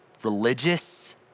religious